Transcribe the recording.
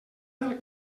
del